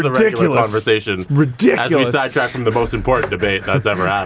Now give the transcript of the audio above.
regular conversation, as we sidetracked from the most important debate that has ever